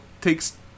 takes